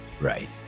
Right